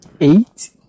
Eight